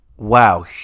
wow